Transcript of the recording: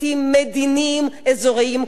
מדיניים או אזוריים כלשהם.